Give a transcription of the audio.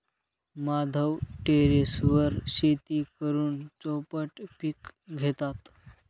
माधव टेरेसवर शेती करून चौपट पीक घेतात